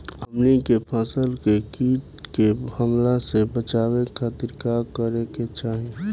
हमनी के फसल के कीट के हमला से बचावे खातिर का करे के चाहीं?